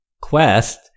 quest